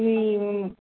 ఈ